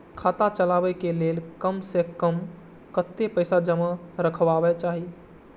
खाता चलावै कै लैल कम से कम कतेक पैसा जमा रखवा चाहि